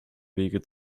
wege